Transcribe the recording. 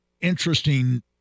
interesting